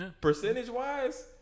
Percentage-wise